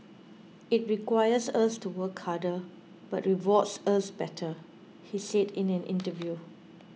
it requires us to work harder but rewards us better he said in an interview